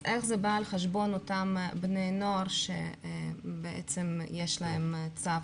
אז איך זה בא על חשבון אותם בני נוער שיש להם צו